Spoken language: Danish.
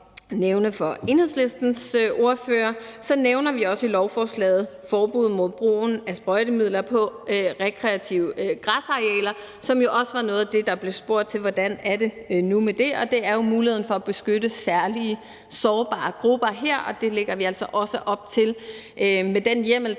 for Enhedslistens ordfører, nævner vi også i lovforslaget forbuddet mod brugen af sprøjtemidler på rekreative græsarealer, som jo også var noget af det, der blev spurgt til, altså hvordan det nu er med det, og det er jo muligheden for at kunne beskytte særlig sårbare grupper her, og det lægger vi altså også op til med den hjemmel,